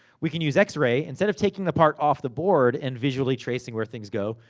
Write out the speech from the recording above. we can use x-ray. instead of taking the part off the board, and visually tracing where things go,